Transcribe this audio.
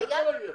זה כל העניין.